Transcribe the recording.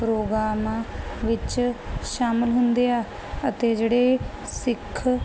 programme ਵਿੱਚ ਸ਼ਾਮਿਲ ਹੁੰਦੇ ਆ ਅਤੇ ਜਿਹੜੇ ਸਿੱਖ